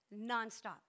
nonstop